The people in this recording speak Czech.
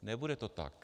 Nebude to tak.